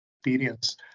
experience